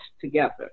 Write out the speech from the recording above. together